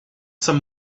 some